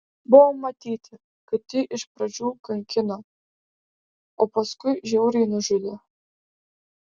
buvo matyti kad jį iš pradžių kankino o paskui žiauriai nužudė